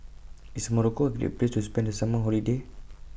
IS Morocco A Great Place to spend The Summer Holiday